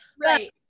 Right